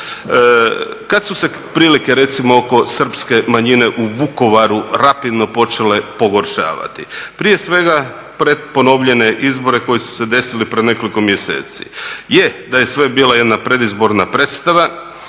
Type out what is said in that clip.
Kad su se prilike recimo oko Srpske manjine u Vukovaru rapidno počele pogoršavati. Prije svega pred ponovljene izbore koji su se desili prije nekoliko mjeseci, je da je sve bila jedna predizborna predstava